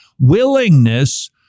willingness